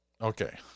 Okay